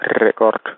record